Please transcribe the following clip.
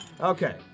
Okay